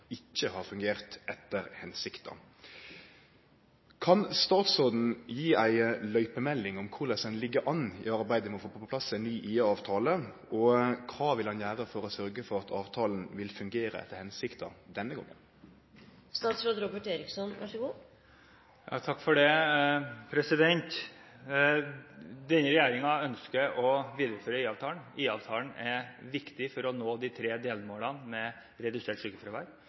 har fungert etter hensikta. Kan statsråden gi ei «løypemelding» om korleis ein ligg an i arbeidet med å få på plass ein ny IA-avtale? Og kva vil ein gjere for å sørgje for at avtalen vil fungere etter hensikta denne gongen? Denne regjeringen ønsker å videreføre IA-avtalen. IA-avtalen er viktig for å nå de tre delmålene: få redusert sykefravær,